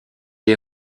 est